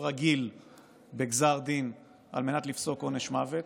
רגיל בגזר דין על מנת לפסוק עונש מוות.